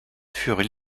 furent